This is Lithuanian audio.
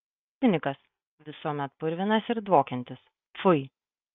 cinikas visuomet purvinas ir dvokiantis pfui